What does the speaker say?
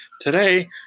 today